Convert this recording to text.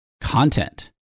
content